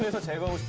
the table.